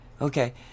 Okay